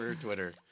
Twitter